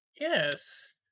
Yes